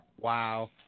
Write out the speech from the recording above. wow